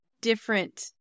different